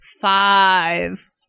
five